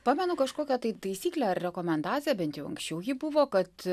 pamenu kažkokią tai taisyklę ar rekomendaciją bent jau anksčiau ji buvo kad